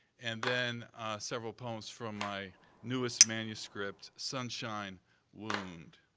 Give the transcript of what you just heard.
and then several poems from my newest manuscript, sunshine wound.